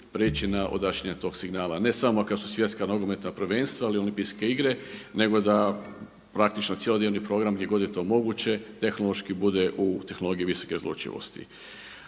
priječi na odašiljanje tog signala. Ne samo kada su svjetska nogometna prvenstva ili olimpijske igre nego da praktično cjelodnevni program gdje god je to moguće tehnološki bude u tehnologiji visoke razlučivosti.